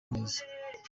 neza